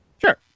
Sure